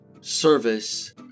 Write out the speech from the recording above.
Service